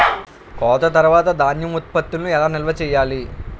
కోత తర్వాత ధాన్యం ఉత్పత్తులను ఎలా నిల్వ చేయాలి?